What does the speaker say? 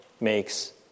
makes